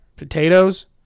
Potatoes